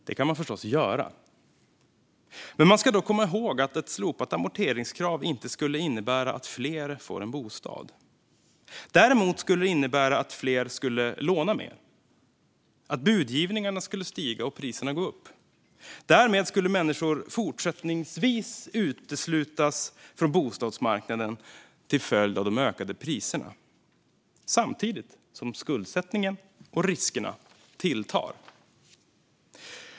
Det kan man förstås göra. Men man ska då komma ihåg att ett slopat amorteringskrav inte skulle innebära att fler får en bostad. Däremot skulle det innebära att fler skulle låna mer, att budgivningarna skulle stiga och att priserna skulle gå upp. Därmed skulle människor fortsättningsvis uteslutas från bostadsmarknaden till följd av de ökade priserna samtidigt som skuldsättningen och riskerna skulle tillta.